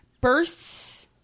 bursts